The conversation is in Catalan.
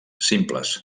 simples